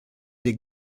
des